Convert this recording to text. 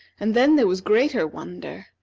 and then there was greater wonder,